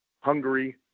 Hungary